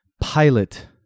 pilot